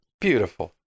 Beautiful